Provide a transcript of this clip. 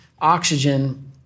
oxygen